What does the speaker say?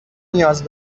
نیاز